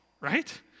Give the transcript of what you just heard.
right